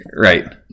Right